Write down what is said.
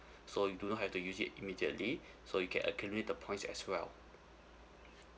so you do not have to use it immediately so you can accumulate the points as well